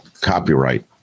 copyright